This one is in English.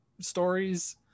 stories